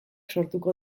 sortuko